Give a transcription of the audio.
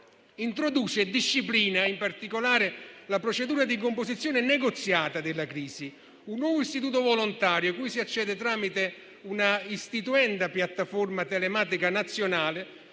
introduce e disciplina, in particolare, la procedura di composizione negoziata della crisi: un nuovo istituto volontario cui si accede tramite una istituenda piattaforma telematica nazionale,